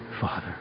Father